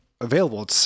available